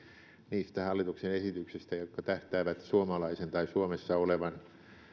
niistä hallituksen esityksestä jotka tähtäävät suomalaisen tai suomessa olevan